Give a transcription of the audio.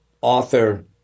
author